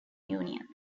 union